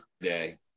day